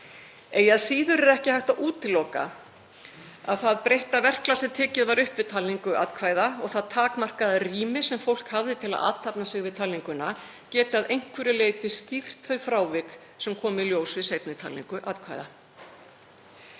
að síður er ekki hægt að útiloka að það breytta verklag sem tekið var upp við talningu atkvæða og það takmarkaða rými sem fólk hafði til að athafna sig við talninguna geti að einhverju leyti skýrt þau frávik sem komu í ljós við seinni talningu atkvæða.